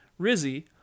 Rizzy